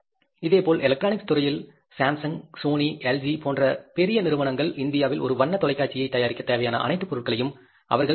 இதேபோல் எலக்ட்ரானிக்ஸ் துறையில் Samsung Sony LG போன்ற பெரிய நிறுவனங்கள் இந்தியாவில் ஒரு வண்ண தொலைக்காட்சியை தயாரிக்க தேவையான அனைத்து பொருட்களையும் அவர்கள் செய்யவில்லை